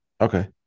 Okay